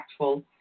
impactful